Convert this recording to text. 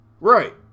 Right